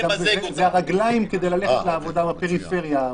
זה רגליים כדי ללכת לעבודה בפריפריה,